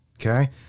Okay